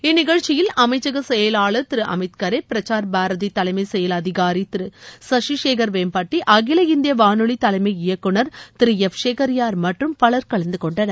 இந்நிகழ்ச்சியில் அமைச்சக செயலாளர் திரு அமித் கரே பிரசார் பாரதி தலைமை செயல் அதிகாரி திரு சஷிசேகர் வேம்பட்டி அகில இந்திய வானொலி தலைளம இயக்குநர் திரு எஃப் ஷெகரியார் மற்றும் பலர் கலந்து கொண்டனர்